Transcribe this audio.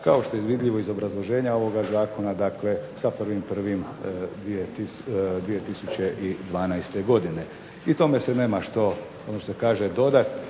kao što je vidljivo iz obrazloženja ovoga zakona, dakle sa 1.1.2012. godine. I tome se nema što, ono što se kaže, dodati